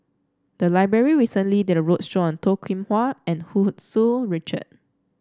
the library recently did a roadshow on Toh Kim Hwa and Hu Tsu Tau Richard